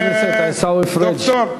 חבר הכנסת עיסאווי פריג'.